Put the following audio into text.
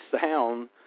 sound